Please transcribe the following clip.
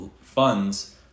funds